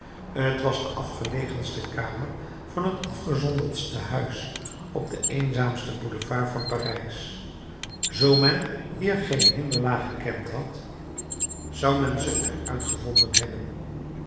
t was de afgelegenste kamer van het afgezonderdste huis op den eenzaamsten boulevard van parijs zoo men hier geen hinderlaag gekend had zou men ze er uitgevonden hebben